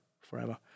forever